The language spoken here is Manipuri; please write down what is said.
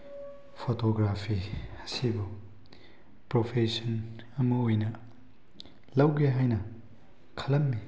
ꯐꯣꯇꯣꯒ꯭ꯔꯥꯐꯤ ꯑꯁꯤꯕꯨ ꯄ꯭ꯔꯣꯐꯦꯁꯟ ꯑꯃ ꯑꯣꯏꯅ ꯂꯧꯒꯦ ꯍꯥꯏꯅ ꯈꯜꯂꯝꯃꯤ